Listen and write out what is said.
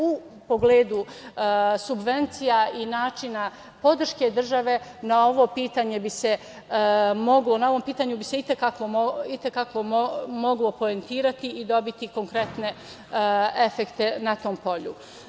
U pogledu subvencija i načina podrške države na ovom pitanju bi se moglo i te kako poentirati i dobiti konkretne efekte na tom polju.